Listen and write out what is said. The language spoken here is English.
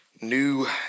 new